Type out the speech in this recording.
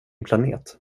planet